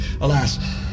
alas